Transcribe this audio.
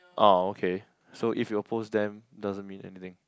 oh okay so if you oppose them doesn't mean anything